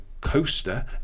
coaster